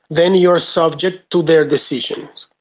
then you are subject to their decisions.